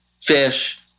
fish